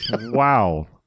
Wow